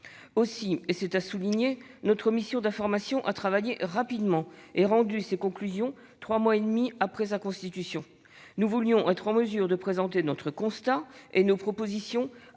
Aussi, et c'est à souligner, notre mission commune d'information a travaillé rapidement et rendu ses conclusions trois mois et demi après sa constitution. Nous voulions être en mesure de présenter notre constat et nos propositions